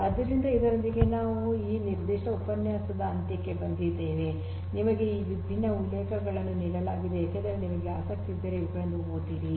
ಆದ್ದರಿಂದ ಇದರೊಂದಿಗೆ ನಾವು ಈ ನಿರ್ದಿಷ್ಟ ಉಪನ್ಯಾಸದ ಅಂತ್ಯಕ್ಕೆ ಬಂದಿದ್ದೇವೆ ನಿಮಗೆ ಈ ವಿಭಿನ್ನ ಉಲ್ಲೇಖಗಳನ್ನು ನೀಡಲಾಗಿದೆ ಏಕೆಂದರೆ ನಿಮಗೆ ಆಸಕ್ತಿಯಿದ್ದರೆ ಇವುಗಳನ್ನು ಓದಿರಿ